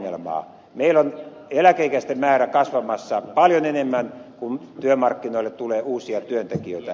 meillä on eläkeikäisten määrä kasvamassa paljon enemmän kuin työmarkkinoille tulee uusia työntekijöitä